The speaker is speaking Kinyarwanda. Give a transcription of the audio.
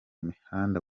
mihanda